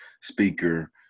Speaker